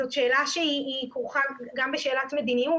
זאת שאלה שהיא כרוכה גם בשאלת מדיניות,